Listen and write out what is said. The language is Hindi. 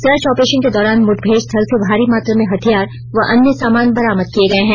सर्च ऑपरेशन के दौरान मुठभेड़ स्थल से भारी मात्रा में हथियार और अन्य सामान बरामद किए गए हैं